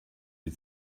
die